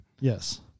yes